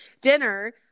dinner